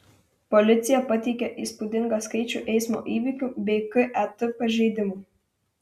policija pateikė įspūdingą skaičių eismo įvykių bei ket pažeidimų